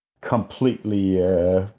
completely